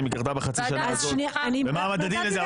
אם היא קרתה בחצי השנה הזאת ומה המדדים לזה,